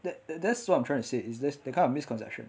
that that's what I'm trying to say is just that kind of misconception